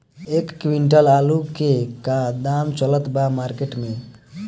एक क्विंटल आलू के का दाम चलत बा मार्केट मे?